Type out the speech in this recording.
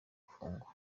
gufungwa